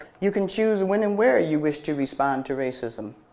you can choose when and where you wish to respond to racism.